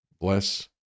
bless